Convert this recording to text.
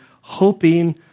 hoping